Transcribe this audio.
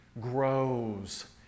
grows